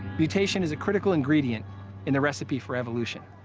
mutation is a critical ingredient in the recipe for evolution.